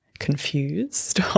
confused